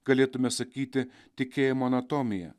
galėtume sakyti tikėjimo anatomija